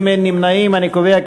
להצביע.